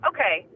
Okay